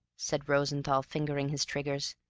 said rosenthall, fingering his triggers.